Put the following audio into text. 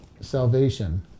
salvation